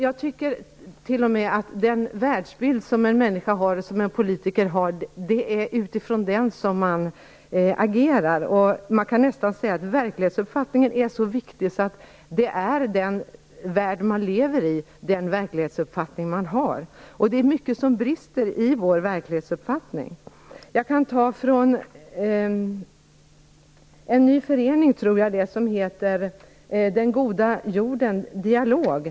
Jag tycker t.o.m. att det är utifrån den världsbild som en människa har, och som en politiker har, som hon agerar. Man kan nästan säga att verklighetsuppfattningen är så viktig att den är den värld man lever i. Det är mycket som brister i vår verklighetsuppfattning. Jag kan ta ett exempel från en som jag tror ny förening som heter Den goda jorden - dialogen.